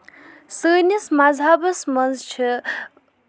سٲنِس مَزہبس منٛز چھِ